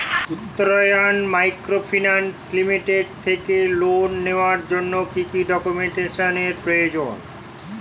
Uttaran microfinance limited থেকে loan নেওয়ার জন্য কি কি ডকুমেন্টস এর প্রয়োজন?